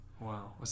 Wow